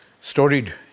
storied